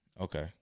Okay